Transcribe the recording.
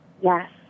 Yes